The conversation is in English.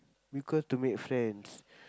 because to make friends